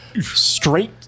straight